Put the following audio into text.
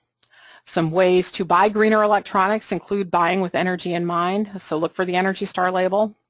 some ways to buy greener electronics include buying with energy in mind, so look for the energy star label.